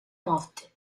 morte